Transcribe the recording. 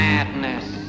Madness